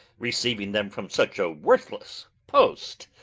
receiving them from such a worthless post.